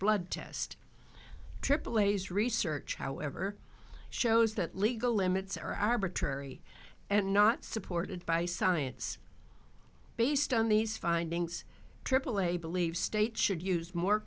blood test triple a's research however shows that legal limits are arbitrary and not supported by science based on these findings aaa believe states should use more